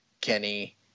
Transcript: Kenny –